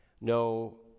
no